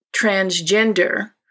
transgender